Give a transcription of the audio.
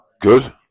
good